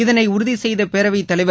இதனை உறுதி செய்த பேரவைத் தலைவர்